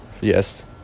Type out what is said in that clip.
yes